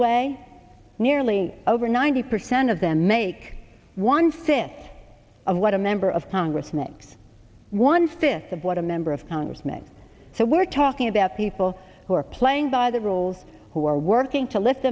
way nearly over ninety percent of them make one fifth of what a member of congress mix one fifth of what a member of congress make so we're talking about people who are playing by the rules who are working to lift